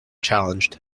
challenged